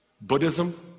Buddhism